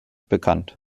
bekannt